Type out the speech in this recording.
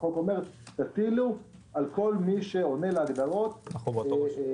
החוק אומר: תטילו על כל מי שעונה להגדרות הרוחביות.